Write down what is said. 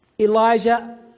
Elijah